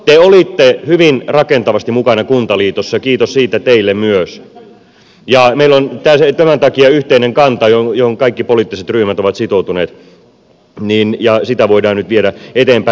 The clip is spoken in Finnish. te olitte hyvin rakentavasti mukana kuntaliitossa kiitos siitä teille myös ja meillä on tämän takia yhteinen kanta johon kaikki poliittiset ryhmät ovat sitoutuneet ja sitä voidaan nyt viedä eteenpäin